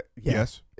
Yes